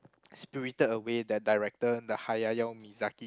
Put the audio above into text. Spirited Away that director the Hayayao Mizaki